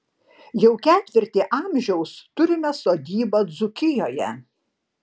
jau ketvirtį amžiaus turime sodybą dzūkijoje